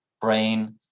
brain